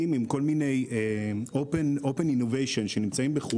שנמצאים בחו"ל ושהם גם עומדים בתנאי סף של ישראל,